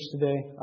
today